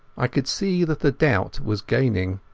i could see that the doubt was gaining.